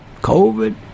COVID